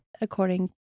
according